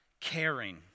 caring